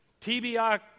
TBI